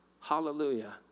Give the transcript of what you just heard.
Hallelujah